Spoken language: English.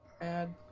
Add